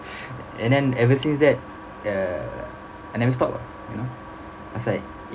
and then ever since that uh I never stopped ah you know I was like